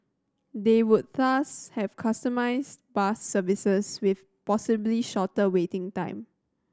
they would thus have customised bus services with possibly shorter waiting time